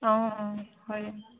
অঁ অঁ হয়